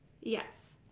Yes